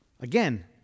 again